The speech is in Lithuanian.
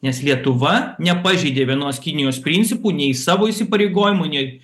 nes lietuva nepažeidė vienos kinijos principų nei savo įsipareigojimų nei